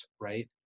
Right